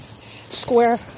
square